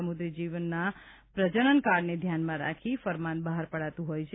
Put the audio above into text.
સમુક્રી જીવના પ્રજનનકાળને ધ્યાનમાં રાખી આવું ફરમાન બહાર પડાતું હોય છે